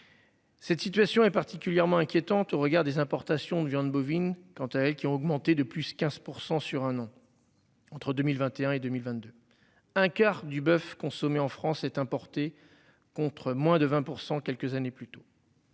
Cette situation est particulièrement inquiétante au regard des importations de viande bovine quant à elle, qui ont augmenté de plus 15% sur un an. Entre 2021 et 2022, un quart du boeuf consommé en France est importé, contre moins de 20%. Quelques années plus tôt.